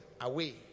away